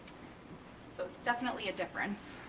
so definitely a difference.